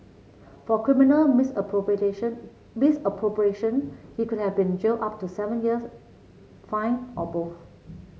for criminal misappropriation he could have been jailed up to seven years fined or both